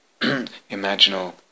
imaginal